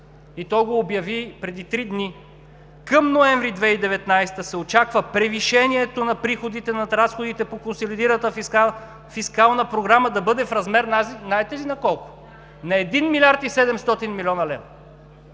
и то го обяви преди три дни, към месец ноември 2019 г. се очаква превишението на приходите над разходите по консолидираната фискална програма да бъде в размер, знаете ли на